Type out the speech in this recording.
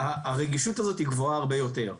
הרגישות הזאת היא גבוהה הרבה יותר.